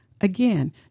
Again